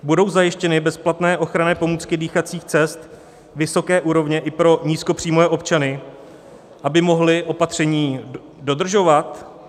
Budou zajištěny bezplatné ochranné pomůcky dýchacích cest vysoké úrovně i pro nízkopříjmové občany, aby mohli opatření dodržovat?